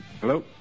Hello